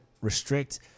restrict